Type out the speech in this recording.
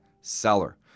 seller